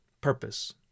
purpose